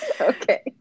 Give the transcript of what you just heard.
Okay